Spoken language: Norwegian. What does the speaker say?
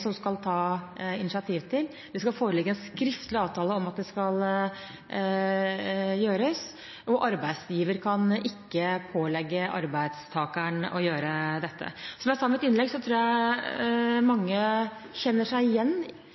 som skal ta initiativet til. Det skal foreligge en skriftlig avtale om at det skal gjøres, og arbeidsgiveren kan ikke pålegge arbeidstakeren å gjøre dette. Som jeg sa i mitt innlegg, tror jeg det er mange som kjenner seg igjen